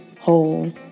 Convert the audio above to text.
whole